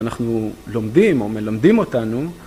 אנחנו לומדים או מלמדים אותנו